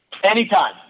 Anytime